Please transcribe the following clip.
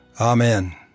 Amen